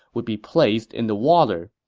would be placed in the water.